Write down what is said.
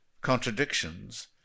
contradictions